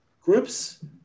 groups